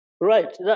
right